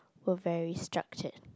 were very structured